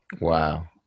wow